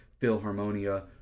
Philharmonia